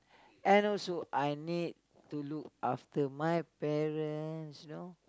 and also I need to look after my parents you know